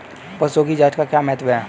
पशुओं की जांच का क्या महत्व है?